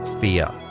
fear